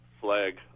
flag